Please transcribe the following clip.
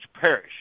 perish